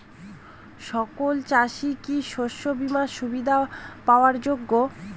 সকল চাষি কি শস্য বিমার সুবিধা পাওয়ার যোগ্য?